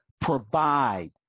provide